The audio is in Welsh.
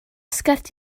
sgert